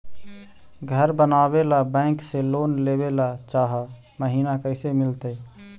घर बनावे ल बैंक से लोन लेवे ल चाह महिना कैसे मिलतई?